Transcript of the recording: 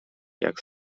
jak